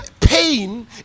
pain